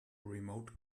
remote